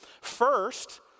First